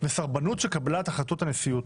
וסרבנות של קבלת החלטות הנשיאות.